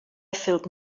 felt